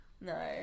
No